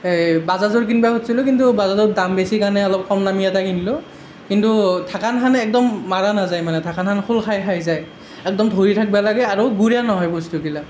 বাজাজৰ কিনিব খুজিছিলো কিন্তু বাজাজৰ দাম বেছি কাৰণে অলপ কম দামী এটা কিনিলো কিন্তু ঢাকোনখন একদম মৰা নাযায় মানে ঢাকোনখন খোল খাই খাই যায় একদম ধৰি থাকিব লাগে আৰু গুৰা নহয় বস্তুবিলাক